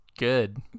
Good